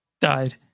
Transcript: died